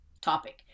topic